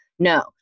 No